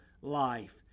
life